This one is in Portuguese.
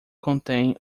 contém